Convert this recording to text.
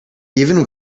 even